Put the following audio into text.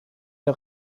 der